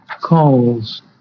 calls